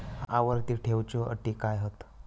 आवर्ती ठेव च्यो अटी काय हत?